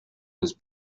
was